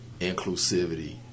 Inclusivity